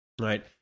right